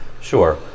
Sure